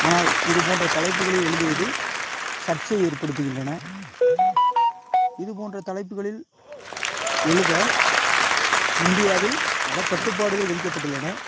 ஆனால் இதுபோன்ற தலைப்புகளை எழுதுவது சர்ச்சையை ஏற்படுத்துகின்றன இதுபோன்ற தலைப்புகளில் எழுத இந்தியாவில் பலக்கட்டுப்பாடுகள் விதிக்கப்பட்டுள்ளன